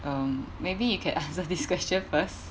um maybe you can answer this question first